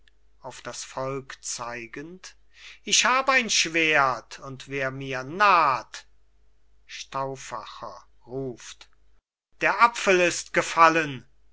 auf das volk zeigend ich hab ein schwert und wer mir naht stauffacher ruft der apfel ist gefallen